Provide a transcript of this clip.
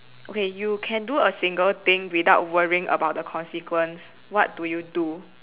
okay you can do a single thing without worrying about the consequence what do you do